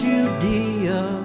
Judea